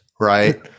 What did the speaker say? Right